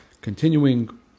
continuing